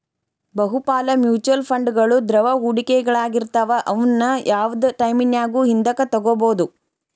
ಬಹುಪಾಲ ಮ್ಯೂಚುಯಲ್ ಫಂಡ್ಗಳು ದ್ರವ ಹೂಡಿಕೆಗಳಾಗಿರ್ತವ ಅವುನ್ನ ಯಾವ್ದ್ ಟೈಮಿನ್ಯಾಗು ಹಿಂದಕ ತೊಗೋಬೋದು